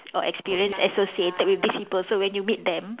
or experience associated with these people so when you meet them